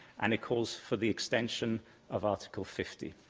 and it calls for the extension of article fifty.